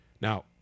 Now